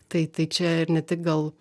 tai tai čia ir ne tik gal